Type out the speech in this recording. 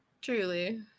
Truly